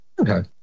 Okay